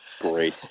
Great